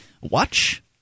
watch